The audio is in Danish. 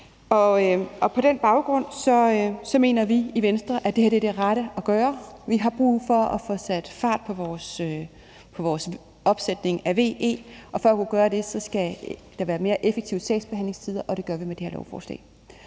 På den baggrund mener vi i Venstre, at det her er det rette at gøre; vi har brug for at få sat fart på vores opsætning af VE, og for at kunne gøre det skal der være mere effektive sagsbehandlingstider, og det gør vi med det her lovforslag.